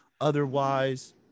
Otherwise